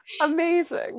amazing